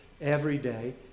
everyday